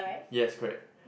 yes correct